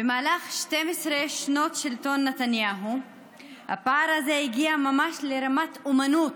במהלך 12 שנות שלטון נתניהו הפער הזה הגיע ממש לרמת אומנות: